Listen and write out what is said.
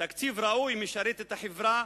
תקציב ראוי משרת את החברה